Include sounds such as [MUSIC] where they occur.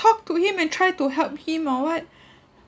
to him and try to help him or what [BREATH]